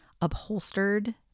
upholstered